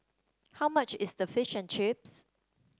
how much is Fish and Chips